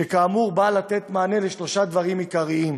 שכאמור באה לתת מענה לשלושה דברים עיקריים: